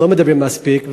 שלא מדברים עליו מספיק,